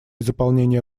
заполнения